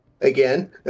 again